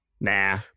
nah